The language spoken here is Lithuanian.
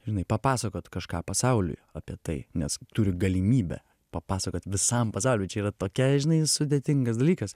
žinai papasakot kažką pasauliui apie tai nes turiu galimybę papasakot visam pasauliui čia yra tokia žinai sudėtingas dalykas